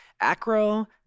ACRO